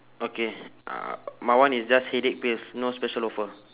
okay uh my one is just headache pills no special offer